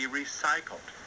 recycled